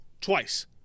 Twice